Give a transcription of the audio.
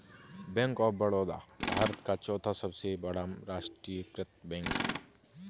bank of Baroda भारत का चौथा सबसे बड़ा राष्ट्रीयकृत बैंक है